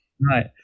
Right